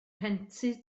rhentu